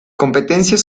competencias